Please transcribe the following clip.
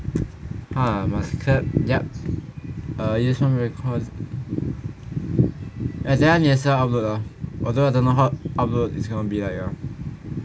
how ah must cort~ yeap use phone ver~ cause eh 等下你的 side upload ah althought I don't know what hows upload gonna be like ah